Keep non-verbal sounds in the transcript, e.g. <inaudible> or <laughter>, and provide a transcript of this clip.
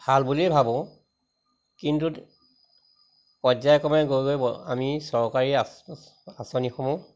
ভাল বুলিয়েই ভাবোঁ কিন্তু পৰ্যায়ক্ৰমে গৈ গৈ <unintelligible> আমি চৰকাৰী আঁচনিসমূহ